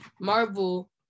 Marvel